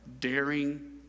daring